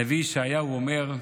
הנביא ישעיהו אומר: